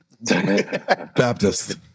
Baptist